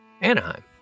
Anaheim